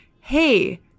hey